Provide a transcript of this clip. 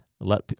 Let